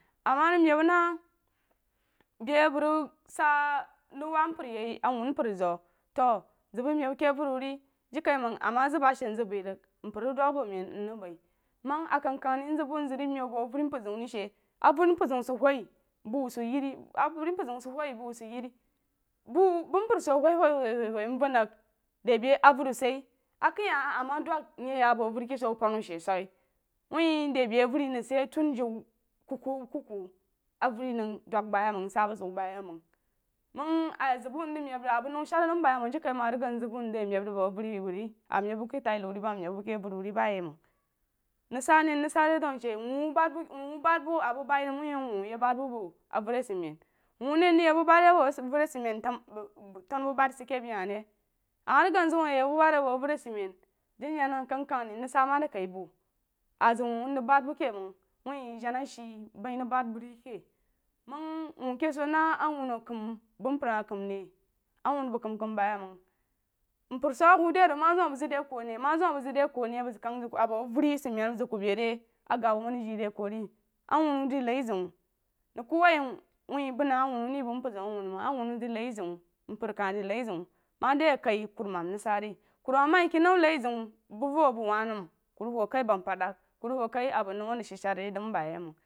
Ama rig meb na be a bəg rig sa mrig wab mpər yi awunu mpər zu to zag bai meb ake wəri wu re jiri kaiməng ama zang ba she zang baī rig mpər rig dug abo men mrig bəi məng a kag ri mzag bu zag rig meb bu avəri mpər zeun ri she avəri mpər zeun sid wah bu sid yeri avəri mpər zeun sid wah bu sid yeri bu bəg mpər so wah wah wah nuan rig de be avəri wu sid ye akai hah a ma dog mye ya bu avəri ke she bərg pan wu shi suke wuti de be avəri nəg sid ye tum jiu kuku kuku avəri məg dou bayi məng msa bu zeun ba ye məng ye zəg bu nzng meb rig bu avəri bəg ri amed bu ake tai nou wuh re mang meb buake avəri wuh ri ba ya məng nən sa ne mrig sa re dəu she wuu huh ban wuu huh ban a bag bai nəm wah a wuu hwou ye ban bu a bu avəri a sid men wuu wou ne rig yak bu bari re a bo avəri a sid men tan bag tanu bag bog tanububai sid ke bei hah ri ama rig gang zag wuu ye yak babari sig bu gvəri a sid men jana jana kan sah rí nrig sah ma rí kai bu a zag wuu mzag bad bu ke məng wah jana ashe rig bad bu ri keh meng wuu keh she na awounu kam bəg mpər hah kam ri awunu bəg kam kam ba ye məng mpər so ma huu dei rig ma de abəg zag de ku one bəg abo avəri asid men a bəg kag za dai ku bei rí agabah man rig jeí de ku ri awuru di noí zeun ku wai wah bəg na awuru rí bəg mpər zeun awunu məng awuru de nai zeun mpər kah de nai zeun ma de kai kurumam keh rig sa ri kurumam ma ye kenu nai zeun bu vo a bəng wouh nəm ku rig huu kai banam palaye ku rig huu kai a bəg nou a rig sádser nəm ba ye məng.